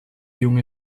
junge